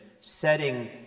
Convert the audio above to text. setting